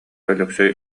өлөксөй